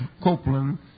Copeland